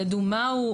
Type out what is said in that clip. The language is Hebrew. ידעו מה הוא,